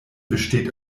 besteht